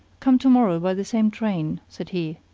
come to-morrow by the same train, said he,